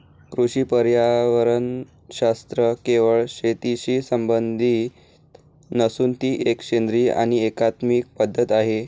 कृषी पर्यावरणशास्त्र केवळ शेतीशी संबंधित नसून ती एक सेंद्रिय आणि एकात्मिक पद्धत आहे